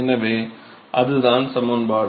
எனவே அதுதான் சமன்பாடு